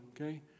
okay